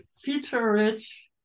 feature-rich